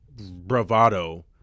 bravado